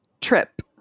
trip